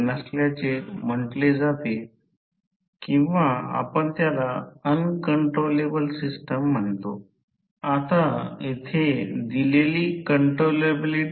तर मूलभूतपणे P fl V2 I2 fl cos ∅2 असेल तर ते म्हणजे पूर्ण भार आउटपुट